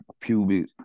pubic